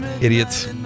idiots